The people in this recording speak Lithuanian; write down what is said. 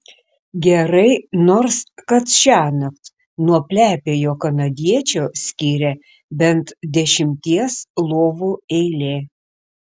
gerai nors kad šiąnakt nuo plepiojo kanadiečio skiria bent dešimties lovų eilė